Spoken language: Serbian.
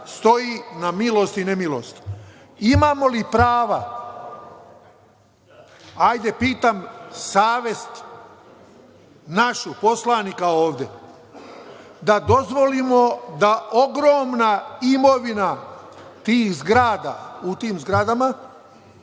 Stoji na milost i nemilost. Imamo li prava, pitam savest našu, poslanika ovde, da dozvolimo da ogromna imovina tih zgrada propada